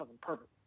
perfect